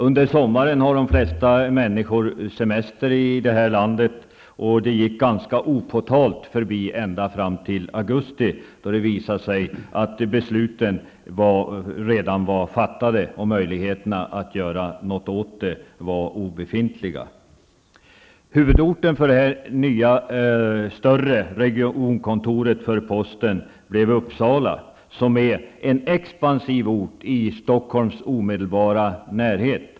Under sommaren har de flesta människor här i landet semester, och det gick ganska opåtalat förbi ända fram till augusti, då det visade sig att beslutet redan var fattat och möjligheterna att göra någonting åt det var obefintliga. Huvudorten för det nya, större regionkontoret för posten blev Uppsala, som är en expansiv ort i Stockholms omedelbara närhet.